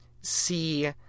see